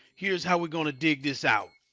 here's how we're gonna dig this out.